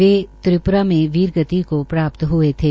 वे त्रिप्रा में वीरगति को प्राप्त् हये थे